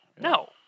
No